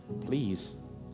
please